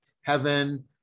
heaven